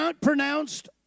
pronounced